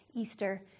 Easter